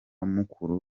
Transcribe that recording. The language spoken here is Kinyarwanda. mukuru